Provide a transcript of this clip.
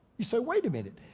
you say wait a minute,